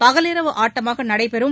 பகலிரவு ஆட்டமாக நடைபெறும்